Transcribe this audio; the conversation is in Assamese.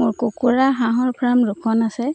মোৰ কুকুৰা হাঁহৰ ফ্ৰাম দুখন আছে